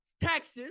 Texas